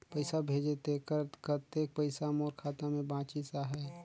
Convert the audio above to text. पइसा भेजे तेकर कतेक पइसा मोर खाता मे बाचिस आहाय?